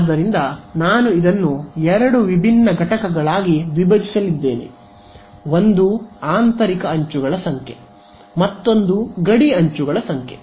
ಆದ್ದರಿಂದ ನಾನು ಇದನ್ನು ಎರಡು ವಿಭಿನ್ನ ಘಟಕಗಳಾಗಿ ವಿಭಜಿಸಲಿದ್ದೇನೆ ಒಂದು ಆಂತರಿಕ ಅಂಚುಗಳ ಸಂಖ್ಯೆ ಮತ್ತೊಂದು ಗಡಿ ಅಂಚುಗಳ ಸಂಖ್ಯೆ